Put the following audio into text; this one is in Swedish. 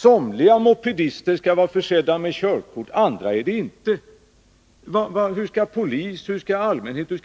Somliga mopedister skall vara försedda med körkort men andra inte. Hur skall polisen och allmänheten